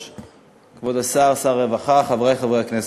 כבוד שר הרווחה, חברי חברי הכנסת,